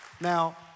Now